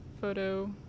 photo